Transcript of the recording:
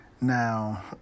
Now